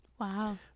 Wow